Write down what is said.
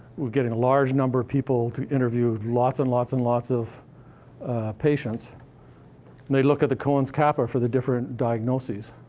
we're getting a large number of people to interview lots and lots and lots of patients, and they look at the cohen's kappa for the different diagnoses,